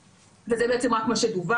וזה בעצם רק מה שדווח,